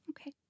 Okay